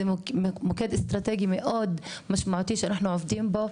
זה מוקד אסטרטגי מאוד משמעותי שאנחנו עובדים בו,